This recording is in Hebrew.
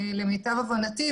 למיטב הבנתי,